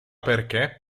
perché